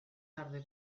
tarde